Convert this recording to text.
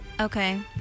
Okay